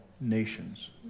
nations